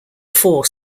four